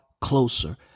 closer